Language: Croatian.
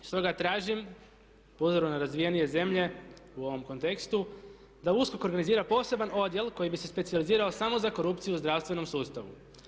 Stoga tražim po uzoru na razvijenije zemlje u ovom kontekstu da USKOK organizira poseban odjel koji bi se specijalizirao samo za korupciju u zdravstvenom sustavu.